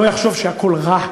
לא יחשוב שהכול רע,